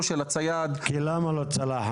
למה לא צלח?